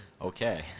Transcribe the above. Okay